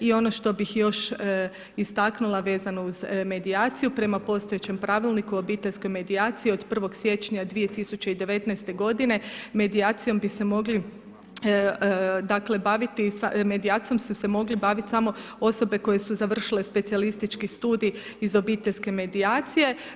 I ono što bih još istaknula vezano uz medijaciju prema postojećem Pravilniku o obiteljskoj medijaciji od 1. siječnja 2019. godine medijacijom bi se mogli dakle baviti, medijacijom su se mogli baviti samo osobe koje su završile specijalistički studij iz obiteljske medijacije.